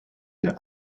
der